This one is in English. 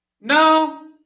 No